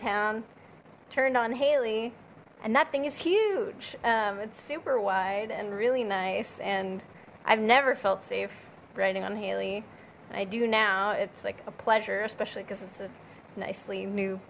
town turned on haley and that thing is huge it's super wide and really nice and i've never felt safe riding on haley i do now it's like a pleasure especially because it's a nicely new